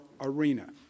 arena